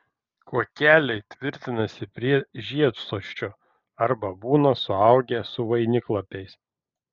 kuokeliai tvirtinasi prie žiedsosčio arba būna suaugę su vainiklapiais